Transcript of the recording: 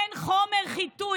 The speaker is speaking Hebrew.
אין חומר חיטוי,